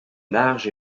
larges